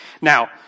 Now